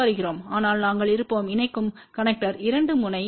க்கு வருகிறோம் ஆனால் நாங்கள் இருப்போம் இணைக்கும் கனெக்டர்கள் இரண்டு முனை